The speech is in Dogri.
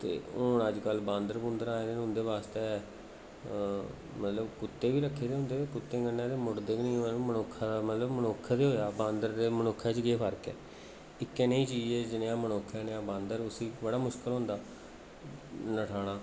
ते हुन अजकल बांदर बूंदर आए दे न उं'दे आस्तै मतलब कुत्ते बी रक्खे दे हुंदे कुत्तें कन्नै ते मुड़दे गै नेईं ओह् हैन मनुक्खै दा मतलब मनुक्ख गै होएआ बांदर ते मनुक्खै च केह् फर्क ऐ इक्कै नेही चीज ऐ जनेहा मनुक्ख उ'ऐ नेहा बांदर उसी बड़ा मुश्कल होंदा नस्हाना